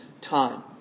time